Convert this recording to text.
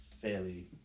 Fairly